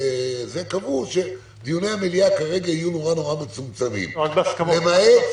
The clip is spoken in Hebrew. קבעו שדיוני המליאה כרגע יהיו נורא מצומצמים -- רק בהסכמה.